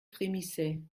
frémissaient